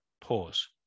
Pause